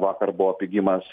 vakar buvo pigimas